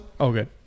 Okay